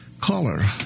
caller